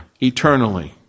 eternally